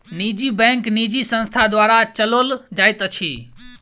निजी बैंक निजी संस्था द्वारा चलौल जाइत अछि